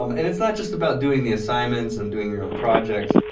um and it is not just about doing the assignments and doing your own projects,